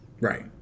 Right